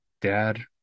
dad